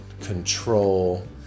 control